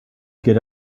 get